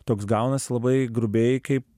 toks gaunasi labai grubiai kaip